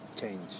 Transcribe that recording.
change